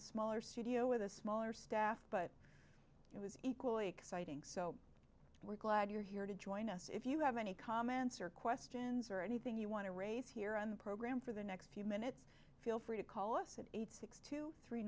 a smaller studio with a smaller staff but it was equally exciting so we're glad you're here to join us if you have any comments or questions or anything you want to raise here on the program for the next few minutes feel free to call us at eight six to three